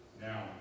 Now